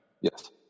Yes